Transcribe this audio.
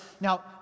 Now